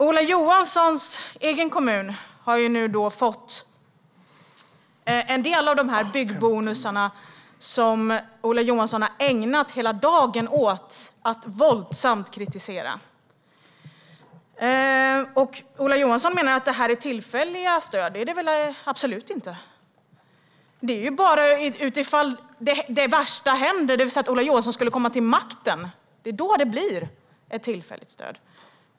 Ola Johanssons egen hemkommun har nu fått en del av de byggbonusar som han har ägnat hela dagen åt att våldsamt kritisera. Ola Johansson menar att det här är tillfälliga stöd. Det är det absolut inte. Det är bara ifall det värsta händer, det vill säga att Ola Johansson kommer till makten, som det blir ett tillfälligt stöd.